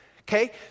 Okay